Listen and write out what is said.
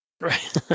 Right